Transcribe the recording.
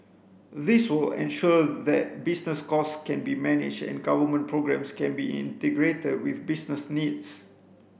this will ensure that business costs can be managed and government programmes can be integrated with business needs